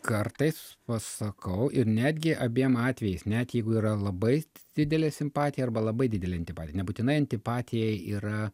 kartais pasakau ir netgi abiem atvejais net jeigu yra labai didelė simpatija arba labai didelė antipatija nebūtinai antipatija yra